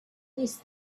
these